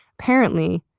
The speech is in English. apparently,